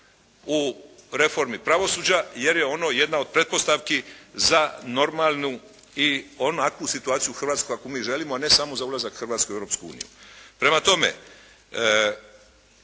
u reformi pravosuđa jer je ono jedna od pretpostavki za normalnu i onakvu situaciju u Hrvatskoj kakvu mi želimo a ne samo za ulazak Hrvatske u Europsku uniju. Prema tome